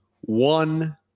One